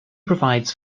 provides